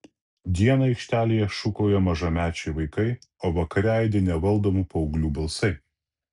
dieną aikštelėje šūkauja mažamečiai vaikai o vakare aidi nevaldomų paauglių balsai